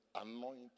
anoint